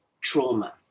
trauma